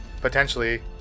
potentially